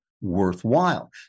worthwhile